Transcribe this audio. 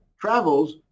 travels